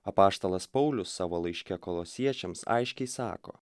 apaštalas paulius savo laiške kolosiečiams aiškiai sako